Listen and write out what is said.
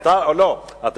הוא קבע.